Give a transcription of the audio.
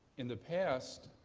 in the past,